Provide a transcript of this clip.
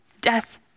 Death